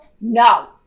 No